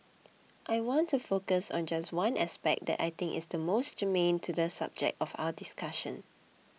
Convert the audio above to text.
I want to focus on just one aspect that I think is the most germane to the subject of our discussion